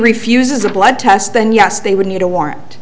refuses a blood test then yes they would need a warrant